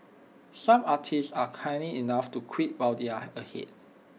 some artists are canny enough to quit while they are ahead